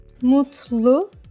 Mutlu